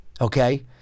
Okay